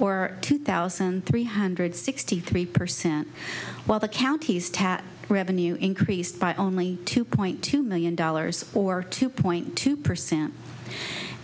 or two thousand three hundred sixty three percent while the county's tatt revenue increased by only two point two million dollars or two point two percent